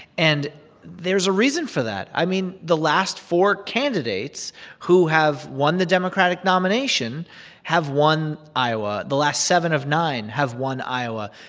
and there's a reason for that. i mean, the last four candidates who have won the democratic nomination have won iowa. the last seven of nine have won iowa.